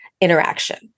interaction